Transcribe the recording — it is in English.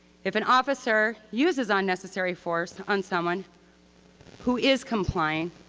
if an officer uses unnecessary force on someone who is complying,